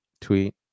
tweet